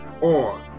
on